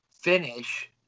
finish